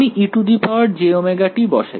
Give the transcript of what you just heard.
আমি ejωt বসাই